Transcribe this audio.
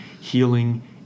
healing